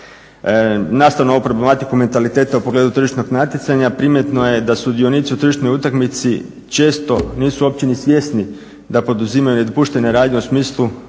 Nastavno ovu problematiku mentaliteta u pogledu tržišnog natjecanja primjetno je da sudionici u tržišnoj utakmici često nisu uopće ni svjesni da poduzimaju nedopuštene radnje u smislu